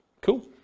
Cool